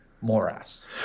morass